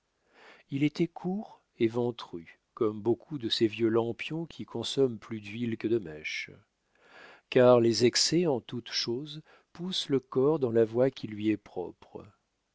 il était court et ventru comme beaucoup de ces vieux lampions qui consomment plus d'huile que de mèche car les excès en toute chose poussent le corps dans la voie qui lui est propre